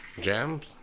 jams